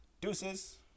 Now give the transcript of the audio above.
deuces